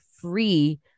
free